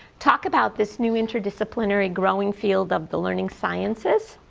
talk about this new interdisciplinary growing field of the learning sciences,